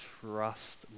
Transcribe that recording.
trust